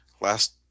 last